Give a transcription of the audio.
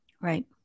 Right